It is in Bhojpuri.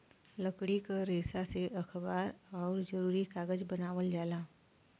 लकड़ी क रेसा से अखबार आउर जरूरी कागज बनावल जाला